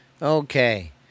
Okay